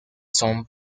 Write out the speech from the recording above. son